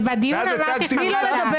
אני לא מוכנה לזה.